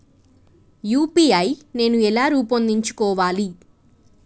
UPI నేను ఎలా రూపొందించుకోవాలి?